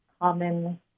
common